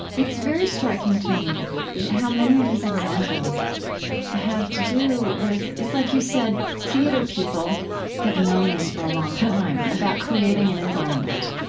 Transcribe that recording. it's very striking to me how many of these examples have to do with, it's like you said, theater people have known this for a long time about creating an environment.